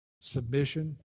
Submission